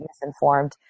misinformed